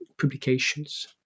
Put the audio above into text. publications